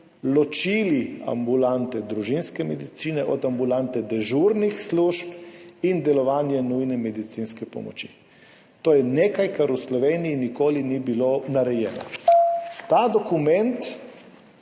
ločili ambulante družinske medicine od ambulante dežurnih služb in delovanje nujne medicinske pomoči. To je nekaj, kar v Sloveniji nikoli ni bilo narejeno. Ta dokument